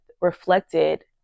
reflected